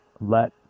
let